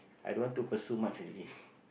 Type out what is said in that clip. i don't want to pursue much already